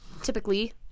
typically